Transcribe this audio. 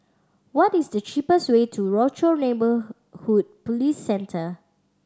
what is the cheapest way to Rochor Neighborhood Police Centre